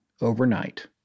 overnight